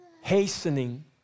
Hastening